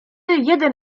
jeden